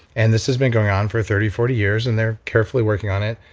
and this has been going on for thirty, forty years and they're carefully working on it.